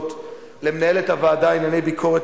וחוות דעת בנושא תפקודה של הוועדה לפיקוח על